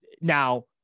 Now